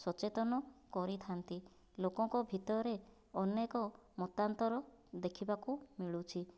ସଚେତନ କରିଥାନ୍ତି ଲୋକଙ୍କ ଭିତରେ ଅନେକ ମତାନ୍ତର ଦେଖିବାକୁ ମିଳୁଛି